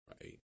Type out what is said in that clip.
right